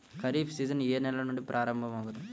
Kharif season ఏ నెల నుండి ప్రారంభం అగును?